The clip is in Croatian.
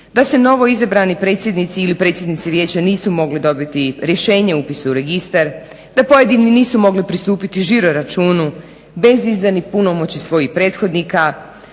da se novo izabrani predsjednici ili predsjednice vijeća nisu mogli dobiti rješenje o upisu u registar, da pojedini nisu mogli pristupiti žiro računu bez izdanih punomoći svojih prethodnika.